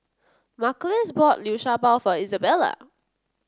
Marcellus bought Liu Sha Bao for Isabela